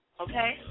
okay